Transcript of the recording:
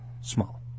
small